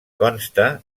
consta